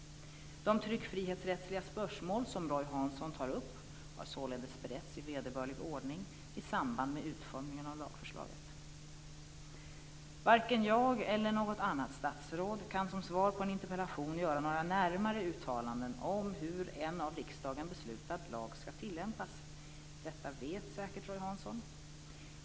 De tryckfrihetsrättsliga spörsmål som Roy Hansson tar upp har således beretts i vederbörlig ordning i samband med utformningen av lagförslaget. Varken jag eller något annat statsråd kan som svar på en interpellation göra några närmare uttalanden om hur en av riksdagen beslutad lag skall tillämpas. Detta vet säkert Roy Hansson.